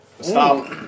Stop